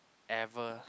ever